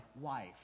wife